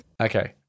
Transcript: Okay